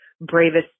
bravest